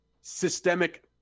systemic